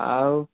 ଆଉ